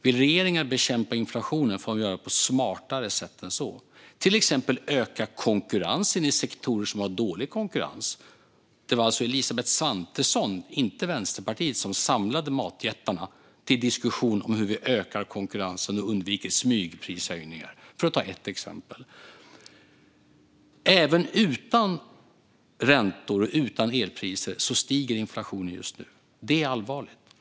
Om regeringar vill bekämpa inflationen får de göra det på smartare sätt än så, till exempel genom att öka konkurrensen i sektorer som har dålig konkurrens. Det var alltså Elisabeth Svantesson, inte Vänsterpartiet, som samlade matjättarna till diskussion om hur vi ökar konkurrensen och undviker smygprishöjningar, för att ta ett exempel. Även utan räntor och utan elpriser stiger inflationen just nu. Det är allvarligt.